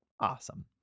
Awesome